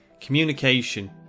communication